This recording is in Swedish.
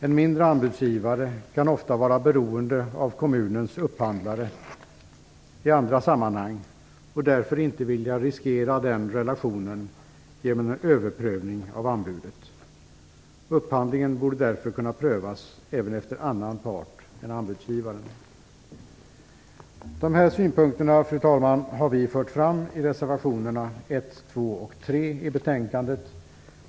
En mindre anbudsgivare kan ofta vara beroende av kommunens upphandlare i andra sammanhang och därför inte vilja riskera den relationen genom en överprövning av anbudet. Upphandlingen borde därför kunna prövas även efter anmälan av annan part än anbudsgivaren. Fru talman! Vi har fört fram dessa synpunkter i reservationerna 1, 2 och 3 i betänkandet.